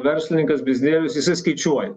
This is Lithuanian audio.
verslininkas biznierius jisai skaičiuoja